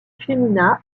femina